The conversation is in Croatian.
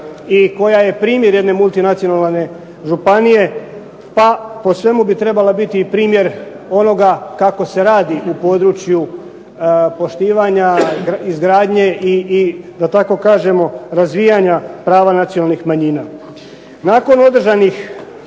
i koja je primjer jedne multinacionalne županije pa po svemu bi trebala biti primjer onoga kako se radi u području poštivanja, izgradnje i razvijanja prava nacionalnih manjina. Nakon održanih